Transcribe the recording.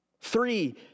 Three